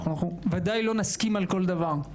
אנחנו בוודאי לא נסכים על כל דבר,